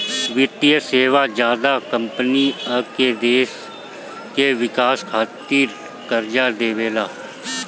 वित्तीय सेवा ज्यादा कम्पनी आ देश के विकास खातिर कर्जा देवेला